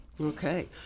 Okay